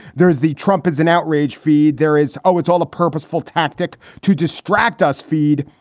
there is the trump is an outrage feed. there is. oh, it's all a purposeful tactic to distract us feed.